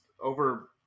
over